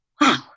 Wow